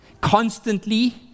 Constantly